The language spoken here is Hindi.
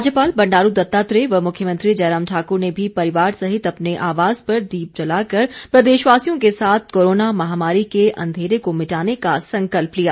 राज्यपाल बंडारू दत्तात्रेय व मुख्यमंत्री जयराम ठाकुर ने भी परिवार सहित अपने आवास पर दीप जलाकर प्रदेशवासियों के साथ कोरोना महामारी के अंधेरे को मिटाने का संकल्प लिया